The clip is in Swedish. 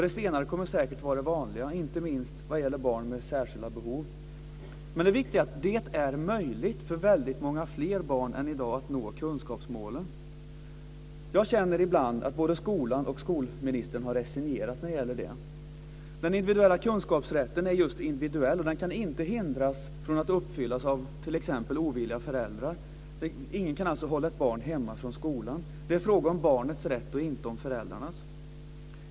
Det senare kommer säkert att vara det vanliga, inte minst när det gäller barn med särskilda behov. Det viktiga är att det är möjligt för många fler barn än i dag att nå kunskapsmålen. Jag känner ibland att både skolan och skolministern har resignerat när det gäller detta. Den individuella kunskapsrätten är just individuell. Den kan inte hindras från att uppfyllas av t.ex. ovilliga föräldrar. Ingen kan hålla ett barn hemma från skolan. Det är en fråga om barnets rätt, och inte om föräldrarnas.